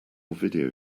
video